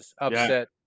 upset